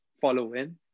following